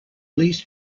least